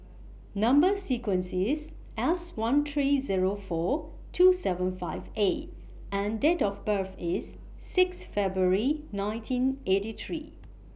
Number sequence IS S one three Zero four two seven five A and Date of birth IS six February nineteen eighty three